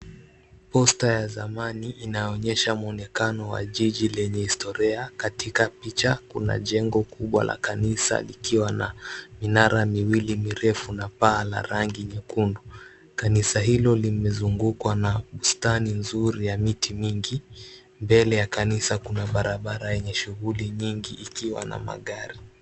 Posta ya zamani inaonyesha muonekano wa jiji lenye historia. Katika picha kuna jengo la kanisa likiwa na minara mbili mrefu. Kuna paa la rangi nyekundu. Kanisa hilo limezungukwa na bustani nzuri ya miti mingi. Mbele ya kanisa kuna barabara yenye shughuli nyingi ikiwa na magari.